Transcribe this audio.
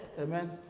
amen